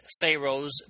Pharaoh's